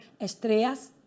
Estrellas